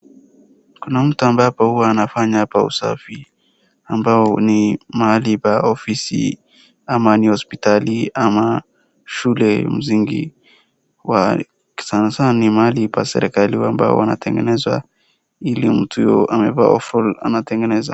Kuna mtu ambapo huwa anafanya hapa usafi ambao ni mahali pa ofisi ama ni hospitali ama shule ya msingi. Sanasana ni mahali pa serikali ambao wanatengeneza ili mtu ambaye amevaa ovaral anatengeneza.